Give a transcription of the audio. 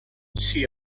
s’hi